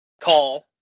Call